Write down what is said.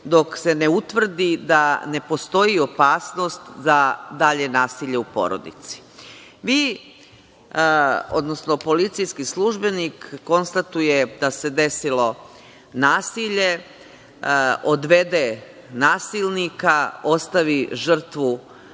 dok se ne utvrdi da ne postoji opasnost za dalje nasilje u porodici. Vi, odnosno policijski službenik konstatuje da se desilo nasilje, odvede nasilnika, ostavi žrtvu u stanu